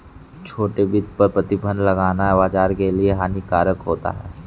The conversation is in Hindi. छोटे वित्त पर प्रतिबन्ध लगाना बाज़ार के लिए हानिकारक होता है